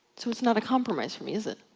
so it's not a compromise for me is it?